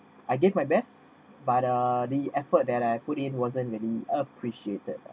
I gave my best but uh the effort that I put it wasn't really appreciated